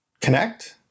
connect